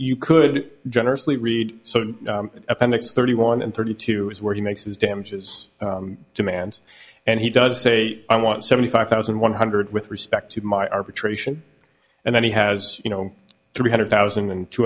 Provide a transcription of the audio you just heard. you could generously read appendix thirty one and thirty two is where he makes his damages demands and he does say i want seventy five thousand one hundred with respect to my arbitration and then he has you know three hundred thousand and two